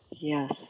Yes